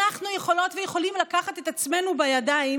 אנחנו יכולות ויכולים לקחת את עצמנו בידיים